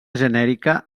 genèrica